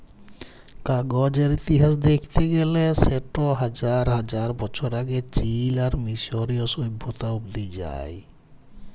কাগজের ইতিহাস দ্যাখতে গ্যালে সেট হাজার হাজার বছর আগে চীল আর মিশরীয় সভ্যতা অব্দি যায়